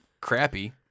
crappy